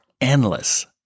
endless